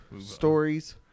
stories